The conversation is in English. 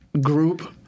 group